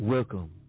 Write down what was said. Welcome